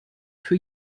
für